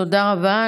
תודה רבה.